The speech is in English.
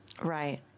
Right